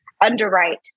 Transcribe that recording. underwrite